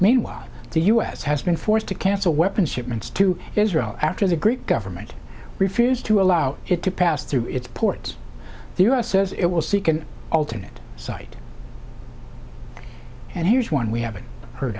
meanwhile the u s has been forced to cancel weapons shipments to israel after the greek government refused to allow it to pass through its ports the u s says it will seek an alternate site and here's one we haven't heard